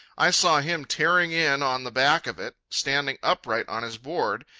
i saw him tearing in on the back of it, standing upright on his board,